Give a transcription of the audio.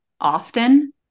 often